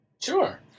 Sure